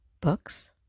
books